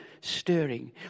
stirring